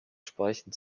speichen